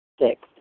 Six